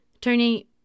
Tony